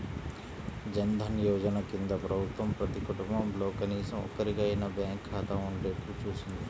జన్ ధన్ యోజన కింద ప్రభుత్వం ప్రతి కుటుంబంలో కనీసం ఒక్కరికైనా బ్యాంకు ఖాతా ఉండేట్టు చూసింది